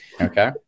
Okay